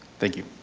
thank you.